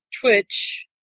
twitch